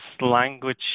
language